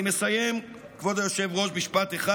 אני מסיים, כבוד היושב-ראש, משפט אחד.